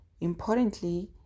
importantly